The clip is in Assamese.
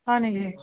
হয় নেকি